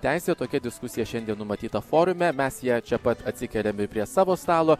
teisė tokia diskusija šiandien numatyta forume mes ją čia pat atsikeliam ir prie savo stalo